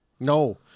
No